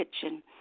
kitchen